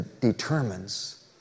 determines